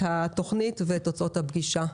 את התוכנית ואת תוצאות הפגישה.